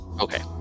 Okay